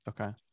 Okay